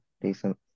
decent